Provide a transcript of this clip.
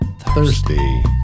thirsty